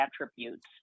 attributes